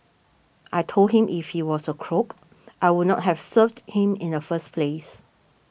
I told him if he was a crook I would not have served him in the first place